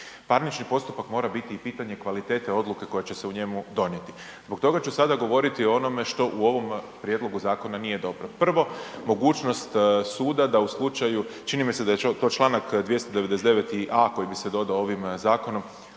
Parnični postupak mora biti i pitanje kvalitete odluke koja će se i njemu donijeti. Zbog toga ću sada govoriti o onome što u ovom prijedlogu zakona nije dobro. Prvo mogućnost suda da u slučaju, čini mi se da je to Članak 299a. koji bi se dodao ovim zakonom